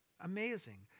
Amazing